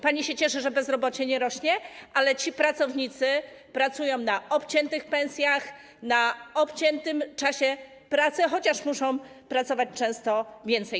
Pani się cieszy, że bezrobocie nie rośnie, ale ci pracownicy pracują na obciętych pensjach, w obciętym czasie pracy, chociaż muszą pracować często więcej.